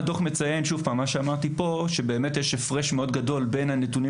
הדו"ח גם מציין שיש הפרש מאוד גדול בין הנתונים